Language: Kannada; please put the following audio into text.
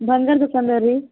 ಬಂಗಾರ ದುಖಾನ್ದಾರ ರೀ